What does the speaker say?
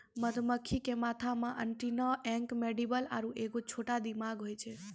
मधुमक्खी के माथा मे एंटीना अंक मैंडीबल आरु एगो छोटा दिमाग होय छै